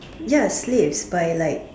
ya slaves by like